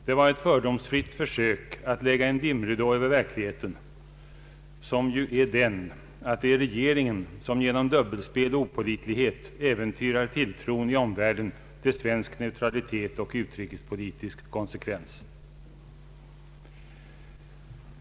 Det var ett fördomsfritt försök att lägga en dimridå över verkligheten, som ju är den att det är regeringen som genom dubbelspel och opålitlighet äventyrar tilltron i omvärlden till svensk neutralitet och utrikespolitisk konsekvens.